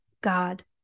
God